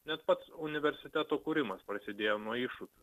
net pats universiteto kūrimas prasidėjo nuo iššūkių